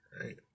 right